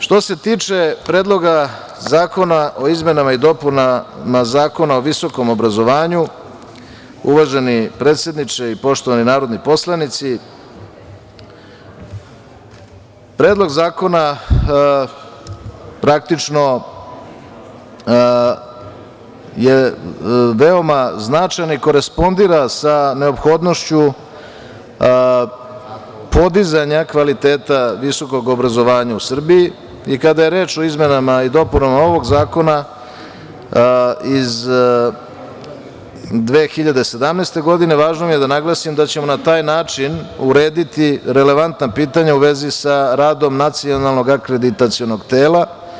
Što se tiče Predloga zakona o izmenama i dopunama Zakona o visokom obrazovanju, uvaženi predsedniče i poštovani narodni poslanici, Predlog zakona praktično je veoma značajan i korespondira sa neophodnošću podizanja kvaliteta visokog obrazovanja u Srbiji i kada je reč o izmenama i dopunama ovog zakona, iz 2017. godine, važno je da naglasim da ćemo na taj način urediti relevantna pitanja u vezi sa radom nacionalnog akreditacionog tela.